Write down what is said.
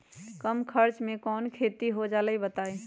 कम खर्च म कौन खेती हो जलई बताई?